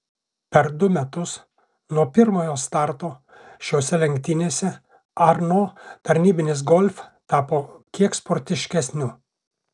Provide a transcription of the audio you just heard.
per du metus nuo pirmojo starto šiose lenktynėse arno tarnybinis golf tapo kiek sportiškesniu